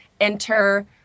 enter